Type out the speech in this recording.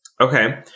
Okay